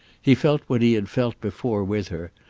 he felt what he had felt before with her,